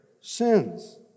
sins